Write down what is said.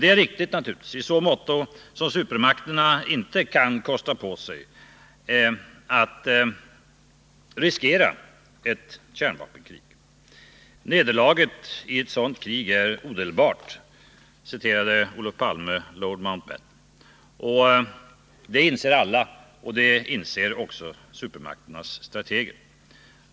Det är naturligtvis riktigt i så måtto att supermakterna inte kan kosta på sig att riskera ett kärnvapenkrig. Nederlaget i ett sådant krig är odelbart, citerade Olof Palme lord Mountbatten. Det inser alla, också supermakternas strateger.